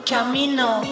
Camino